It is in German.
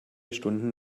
stunden